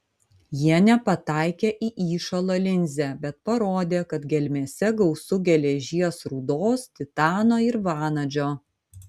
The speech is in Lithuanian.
jie nepataikė į įšalo linzę bet parodė kad gelmėse gausu geležies rūdos titano ir vanadžio